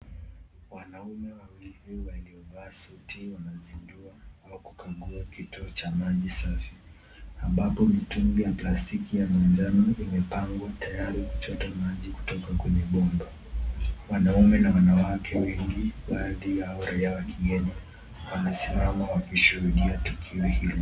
Wanaume wawili waliovaa suti wanazindua au kukagua kituo cha maji safi ambapo mitungi ya plastiki ya manjano imepangwa tayari kuchota maji kutoka kwenye bomba. Wanaume na wanawake wengi, baadhi yao raia wa kigeni wanasimama wakishuhudia tukio hilo.